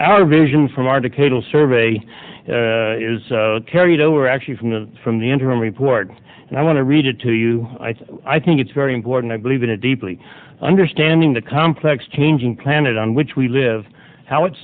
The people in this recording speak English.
our vision from our to cable survey is carried over actually from the from the interim report and i want to read it to you i think it's very important i believe in it deeply understanding the complex changing planet on which we live how it